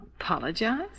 apologize